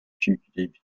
fugitive